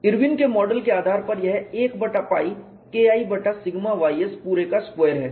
Irwin के model के आधार पर यह 1 बटा π KI बटा सिग्मा ys पूरे का स्क्वायर है